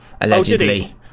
allegedly